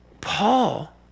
Paul